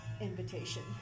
invitation